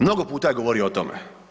Mnogo puta je govorio o tome.